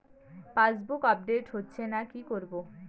Passbook update হচ্ছেনা কি করবো?